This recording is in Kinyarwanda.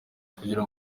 kugira